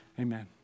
amen